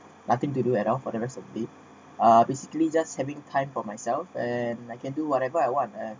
nothing to do at all for the recipe uh basically just having time for myself and I can do whatever I want